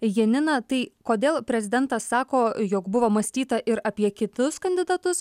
janina tai kodėl prezidentas sako jog buvo mąstyta ir apie kitus kandidatus